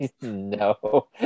No